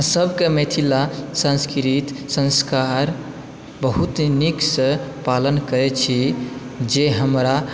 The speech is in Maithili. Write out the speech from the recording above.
सभकेँ मिथिला संस्कृति संस्कार बहुत नीकसँ पालन करैत छी जे हमरा